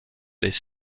les